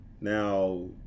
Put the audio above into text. Now